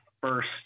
first